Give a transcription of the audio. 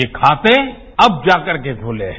ये खाते अब जा करके खुले हैं